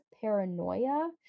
paranoia